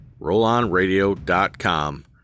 RollOnRadio.com